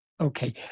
Okay